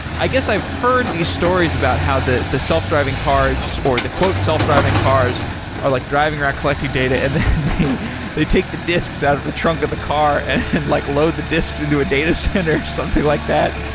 i guess i've heard these stories about how the the self-driving cars, or the self-driving cars are like driving around collecting data and then they take the disks out of the trunk of the car and and like load the disks into a data center, or something like that?